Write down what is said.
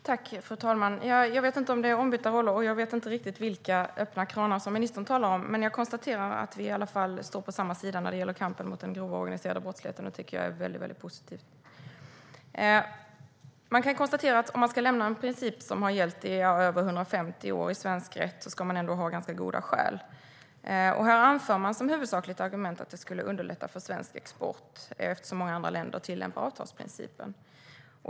Fru talman! Jag vet inte om det är ombytta roller, och jag vet inte riktigt vilka öppna kranar som ministern talar om, men jag konstaterar att vi i alla fall står på samma sida när det gäller kampen mot den grova organiserade brottsligheten. Det tycker jag är positivt. Om man ska lämna en princip som har gällt i över 150 år i svensk rätt ska man ha ganska goda skäl. Här anför man som huvudsakligt argument att det skulle underlätta för svensk export, eftersom många andra länder tillämpar avtalsprincipen.